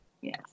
yes